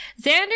Xander